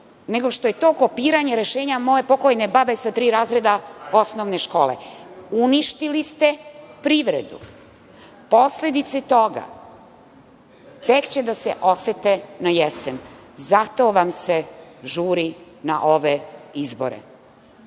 nego što je to kopiranje rešenja moje pokojne babe sa tri razreda osnovne škole. Uništili ste privredu. Posledice toga tek će da se osete na jesen. Zato vam se žuri na ove izbore. Uslova